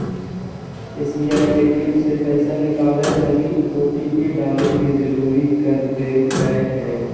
SBI ATM से पैसा निकलैय लगी ओटिपी डाले ले जरुरी कर देल कय हें